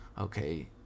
okay